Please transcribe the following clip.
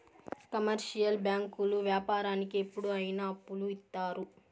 commercial బ్యాంకులు వ్యాపారానికి ఎప్పుడు అయిన అప్పులు ఇత్తారు